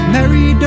Mary